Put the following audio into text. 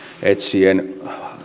etsien